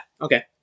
Okay